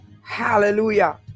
Hallelujah